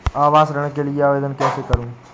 आवास ऋण के लिए आवेदन कैसे करुँ?